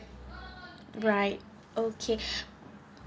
right okay